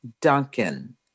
Duncan